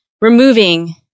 removing